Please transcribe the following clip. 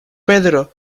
pedro